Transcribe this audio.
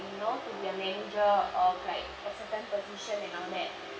you know to be a manager of like a certain position and all that